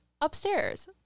upstairs